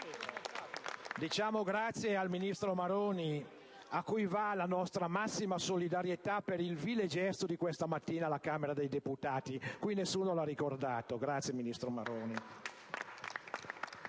Diciamo grazie al ministro Maroni, a cui va la nostra massima solidarietà per il vile gesto di questa mattina alla Camera dei deputati, che qui nessuno ha ricordato. Grazie, ministro Maroni.